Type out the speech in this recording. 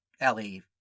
Ellie